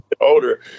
Older